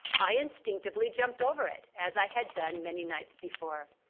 i instinctively jumped over it as i had done many nights before.